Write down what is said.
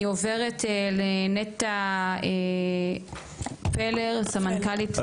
אני עוברת לנטע פלר, סמנכ"לית.